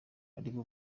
aribo